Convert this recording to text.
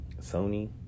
sony